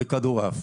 לכדורעף.